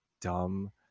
dumb